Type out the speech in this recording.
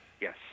Yes